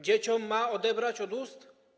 Dzieciom ma odebrać od ust?